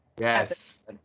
Yes